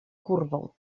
kurwą